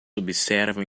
observam